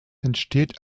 entsteht